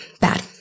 bad